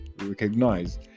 recognize